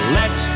let